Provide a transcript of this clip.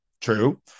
true